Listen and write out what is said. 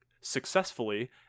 successfully